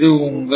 இது உங்கள்